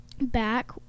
back